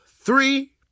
Three